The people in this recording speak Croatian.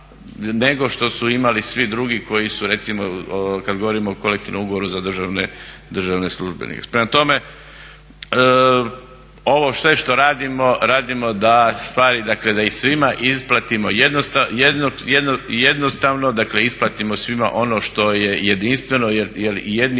nego što su imali svi drugi koji su recimo kad govorimo o kolektivnom ugovoru za državne službenike. Prema tome ovo sve što radimo, radimo da stvari, dakle da svima isplatimo jednostavno, dakle isplatimo svima ono što je jedinstveno jer i jedni